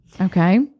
Okay